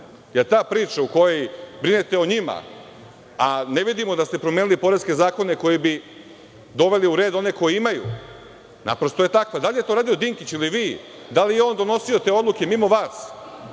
Ta priča gde brinete o njima, a ne vidimo da ste promenili poreske zakone koji bi doveli u red one koji imaju, naprosto je tako, da li je to radio Dinkić ili vi, da li je on donosio te odluke mimo vas,